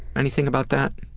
anything about that?